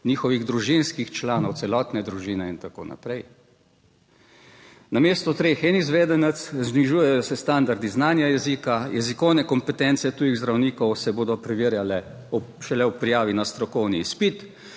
njihovih družinskih članov, celotne družine in tako naprej. Namesto treh, en izvedenec, znižujejo se standardi znanja jezika. jezikovne kompetence tujih zdravnikov se bodo preverjale šele ob prijavi na strokovni izpit,